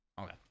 Okay